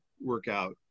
workout